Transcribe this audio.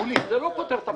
זה לא פותר את הבעיה.